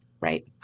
Right